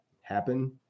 happen